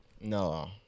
No